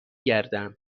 گردم